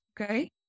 okay